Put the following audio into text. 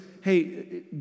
hey